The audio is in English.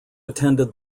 attended